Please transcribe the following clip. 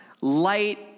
light